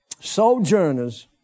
sojourners